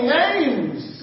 names